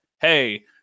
hey